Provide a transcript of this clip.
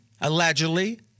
allegedly